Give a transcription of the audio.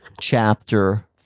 chapter